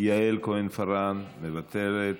יעל כהן-פארן, מוותרת,